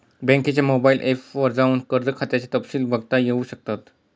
बँकेच्या mobile app वर जाऊन कर्ज खात्याचे तपशिल बघता येऊ शकतात